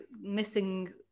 missing